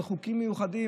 על חוקים מיוחדים.